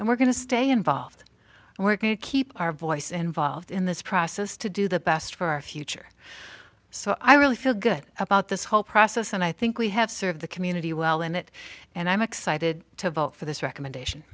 and we're going to stay involved and we're going to keep our voice involved in this process to do the best for our future so i really feel good about this whole process and i think we have serve the community well in it and i'm excited to vote for this recommendation